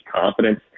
confidence